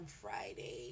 Friday